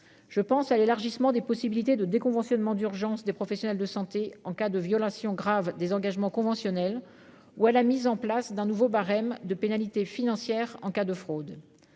je pense à l'élargissement des possibilités de déconventionnement d'urgence des professionnels de santé, en cas de violation grave des engagements conventionnels ou à la mise en place d'un nouveau barème de pénalités financières en cas de fraude